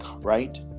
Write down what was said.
right